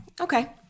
Okay